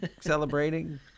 celebrating